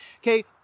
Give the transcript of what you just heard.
Okay